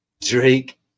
drake